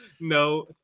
No